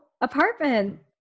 apartment